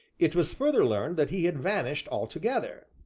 it was further learned that he had vanished altogether.